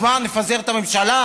אז מה, נפזר את הממשלה?